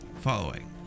following